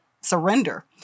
surrender